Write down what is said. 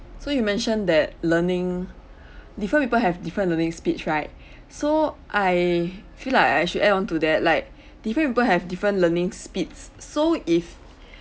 so you mentioned that learning different people have different learning speeds right so I feel like I actually add on to that like different people have different learning speeds so if